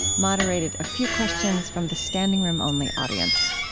moderated a few questions from the standing-room only audience